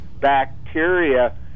bacteria